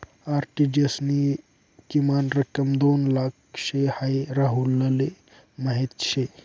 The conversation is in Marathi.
आर.टी.जी.एस नी किमान रक्कम दोन लाख शे हाई राहुलले माहीत शे